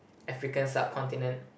African subcontinent